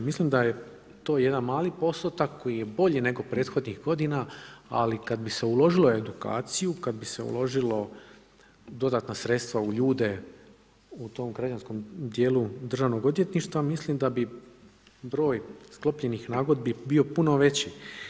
Mislim da je to jedan mali posao, tako i bolji nego prethodnih godina, ali kad bi se uložilo u edukaciju, kad bi se uložila u dodatna sredstva, u ljude u tom građanskom djelu Državnog odvjetništva, mislim da bi broj sklopljenih nagodbi bio puno veći.